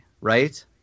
right